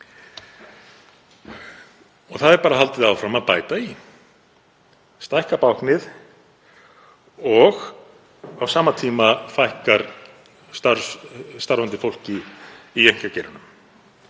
Það er bara haldið áfram að bæta í og stækka báknið. Á sama tíma fækkar starfandi fólki í einkageiranum